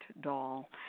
doll